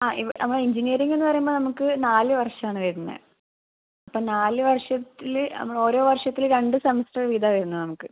ആ ഇവിടെ നമ്മുടെ എഞ്ചിനീയറിങ്ന്ന് പറയുമ്പോൾ നമുക്ക് നാല് വർഷമാണ് വരുന്നത് അപ്പോൾ നാല് വർഷത്തിൽ നമ്മളോരോ വർഷത്തിൽ രണ്ട് സമസ്റ്ററ് വീതാ വരുന്നത് നമുക്ക്